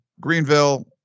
Greenville